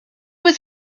was